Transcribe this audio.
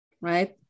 right